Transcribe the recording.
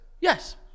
Yes